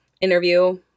interview